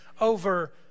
over